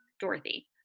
Dorothy